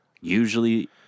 usually